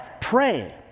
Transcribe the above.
pray